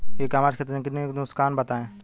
ई commerce के तकनीकी नुकसान बताएं?